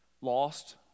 lost